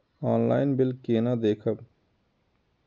Online bill केना देखब?